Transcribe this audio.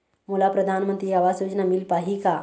मोला परधानमंतरी आवास योजना मिल पाही का?